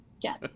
Yes